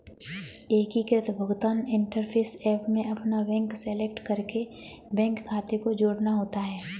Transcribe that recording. एकीकृत भुगतान interface app में अपना बैंक सेलेक्ट करके बैंक खाते को जोड़ना होता है